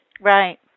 Right